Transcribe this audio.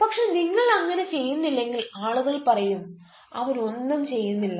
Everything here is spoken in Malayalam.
പക്ഷേ നിങ്ങൾ അങ്ങനെ ചെയ്യുന്നില്ലെങ്കിൽ ആളുകൾ പറയും അവൻ ഒന്നും ചെയ്യുന്നില്ല